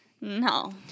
No